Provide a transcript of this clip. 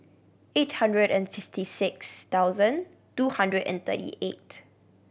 eight hundred and fifty six thousand two hundred and thirty eight